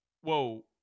Whoa